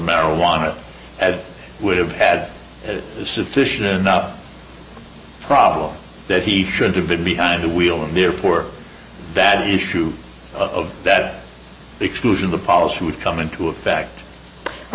marijuana that would have had sufficient enough problems that he should have been behind the wheel and therefore that issue of that exclusion the policy would come into effect i